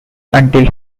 until